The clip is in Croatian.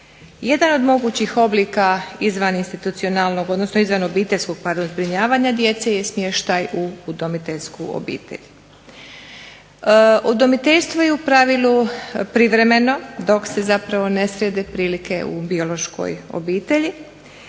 odnosno izvanobiteljskog pardon zbrinjavanja djece je smještaj u udomiteljsku obitelj. Udomiteljstvo je u pravilu privremeno dok se zapravo ne srede prilike u biološkoj obitelji